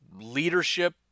leadership